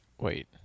Wait